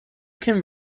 can